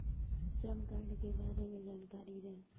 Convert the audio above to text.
श्रम कार्ड के बारे में जानकारी दें?